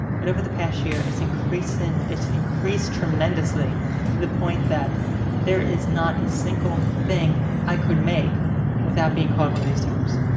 but over the past year it's increased and it's increased tremendously to the point that there is not a single thing i could make without being called one of these terms.